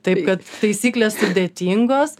taip kad taisyklės sudėtingos